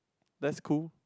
that's cool